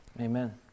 Amen